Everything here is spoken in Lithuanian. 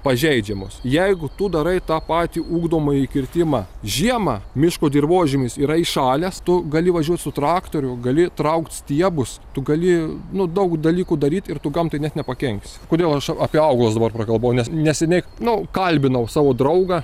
pažeidžiamos jeigu tu darai tą patį ugdomąjį kirtimą žiemą miško dirvožemis yra įšalęs tu gali važiuot su traktoriu gali traukt stiebus tu gali nu daug dalykų daryt ir tu gamtai net pakenksi kodėl aš apie augalus dabar prakalbau nes neseniai nu kalbinau savo draugą